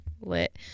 lit